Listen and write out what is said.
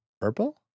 Purple